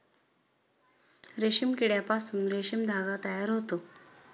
रेशीम किड्यापासून रेशीम धागा तयार होतो